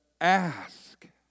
ask